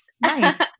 Nice